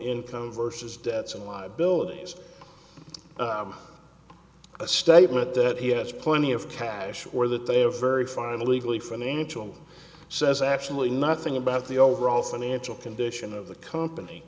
income versus debts and liabilities a statement that he has plenty of cash or that they have very fine illegally financial says actually nothing about the overall financial condition of the company